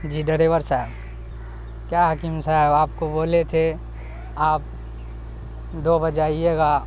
جی driver صاحب کیا حکیم صاحب آپ کو بولے تھے آپ دو بجے آئیے گا